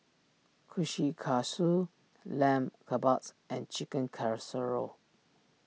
Kushikatsu Lamb Kebabs and Chicken Casserole